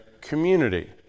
community